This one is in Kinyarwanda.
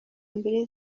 mbili